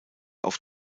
auf